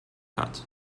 hat